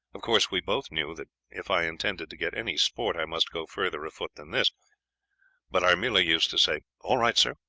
of course we both knew that if i intended to get any sport i must go further afoot than this but i merely used to say all right, sir,